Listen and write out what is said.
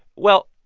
well,